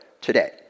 today